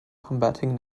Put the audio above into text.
combating